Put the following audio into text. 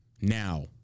Now